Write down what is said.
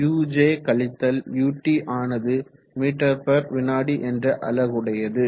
uj ut ஆனது மீவி msஎன்ற அலகுடையது